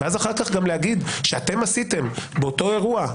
ואחר כך גם להגיד שאתם עשיתם באותו אירוע,